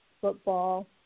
football